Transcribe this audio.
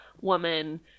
woman